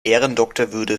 ehrendoktorwürde